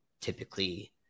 typically